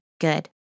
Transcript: good